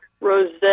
rosette